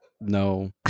No